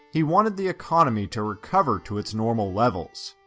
he wanted the economy to recover to its normal levels.